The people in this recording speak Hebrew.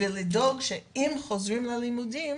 ולדאוג שאם חוזרים ללימודים,